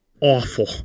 awful